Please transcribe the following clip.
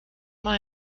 man